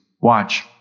Watch